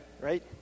Right